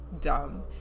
dumb